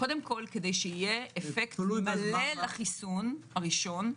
כדי שיהיה אפקט מלא לחיסון הראשון,